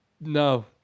No